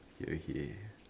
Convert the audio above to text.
okay okay